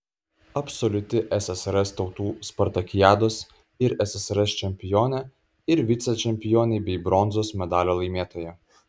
absoliuti ssrs tautų spartakiados ir ssrs čempionė ir vicečempionė bei bronzos medalio laimėtoja